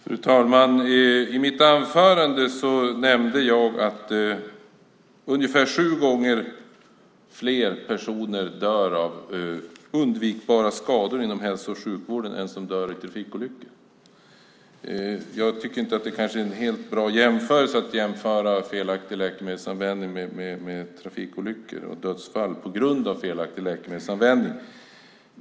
Fru talman! I mitt anförande nämnde jag att ungefär sju gånger fler personer dör av undvikbara skador inom hälso och sjukvården än i trafikolyckor. Jag tycker kanske inte att det är helt bra att jämföra felaktig läkemedelsanvändning och dödsfall på grund av felaktig läkemedelsanvändning med trafikolyckor.